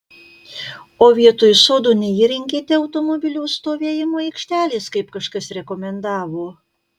o vietoj sodo neįrengėte automobilių stovėjimo aikštelės kaip kažkas rekomendavo